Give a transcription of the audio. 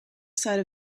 side